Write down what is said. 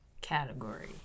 category